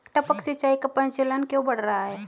टपक सिंचाई का प्रचलन क्यों बढ़ रहा है?